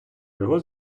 його